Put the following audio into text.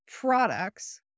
products